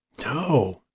No